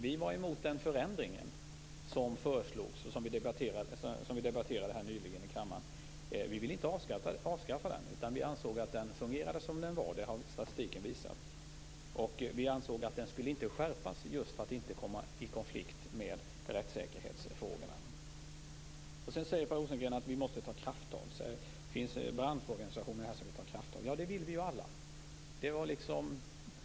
Vi var emot den förändring som debatterades nyligen i kammaren, men vi ville inte avskaffa klausulen utan ansåg att den fungerade med den utformning som den hade. Det har också statistiken visat. Vi ansåg att den inte skulle skärpas, och skälet till det var att den inte skulle komma i konflikt med rättssäkerheten. Per Rosengren säger att vi måste ta krafttag och att även branschorganisationer önskar detta. Ja, det vill vi ju alla.